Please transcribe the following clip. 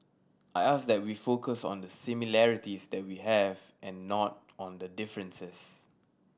I ask that we focus on the similarities that we have and not on the differences